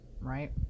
right